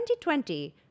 2020